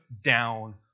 down